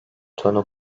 tonu